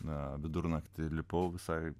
na vidurnaktį lipau visai